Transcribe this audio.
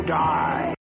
die